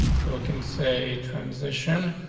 so it can say transition,